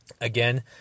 Again